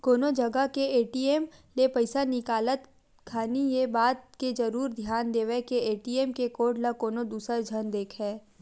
कोनो जगा के ए.टी.एम ले पइसा निकालत खानी ये बात के जरुर धियान देवय के ए.टी.एम के कोड ल कोनो दूसर झन देखय